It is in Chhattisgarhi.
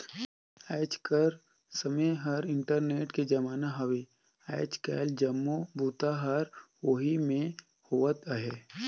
आएज कर समें हर इंटरनेट कर जमाना हवे आएज काएल जम्मो बूता हर ओही में होवत अहे